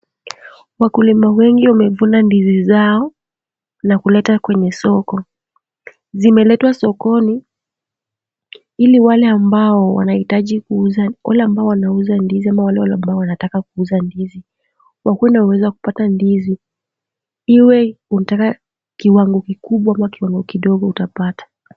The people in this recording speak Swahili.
Wakulima wengi wamevuna ndizi zao na kuleta kwenye soko. Zimeletwa sokoni ili wale ambao wanaiza ndizi ama wale waliokiwa wanataka kuuza ndizi, wakuwe na uwezo wa kupata ndizi. Iwe unatka kiwango kikubwa ma kidogo utapata.